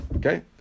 Okay